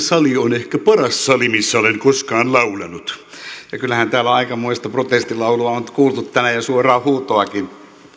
sali on ehkä paras sali missä olen koskaan laulanut ja kyllähän täällä aikamoista protestilaulua on kuultu tänään ja suoraa huutoakin